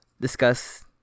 discuss